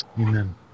Amen